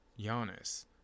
Giannis